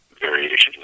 variations